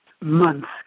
months